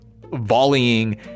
volleying